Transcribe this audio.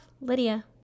Lydia